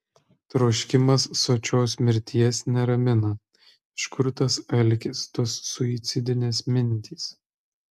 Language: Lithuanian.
troškimas sočios mirties neramina iš kur tas alkis tos suicidinės mintys